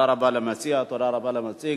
תודה רבה למציע, תודה רבה למציג.